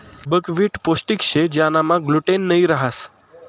buckwheat पोष्टिक शे ज्यानामा ग्लूटेन नयी रहास